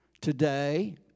today